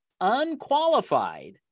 unqualified